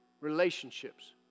relationships